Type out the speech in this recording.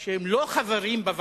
שאף-על-פי שהם לא חברים בוועדה,